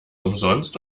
umsonst